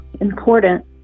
important